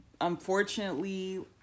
unfortunately